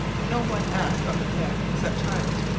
no one aft on the deck, except hunt,